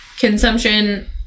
consumption